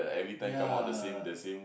ya